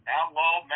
Outlaw